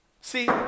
See